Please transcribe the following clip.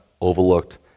overlooked